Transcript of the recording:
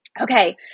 Okay